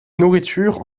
nourriture